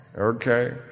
Okay